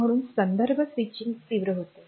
म्हणून संदर्भ स्विचिंग तीव्र होते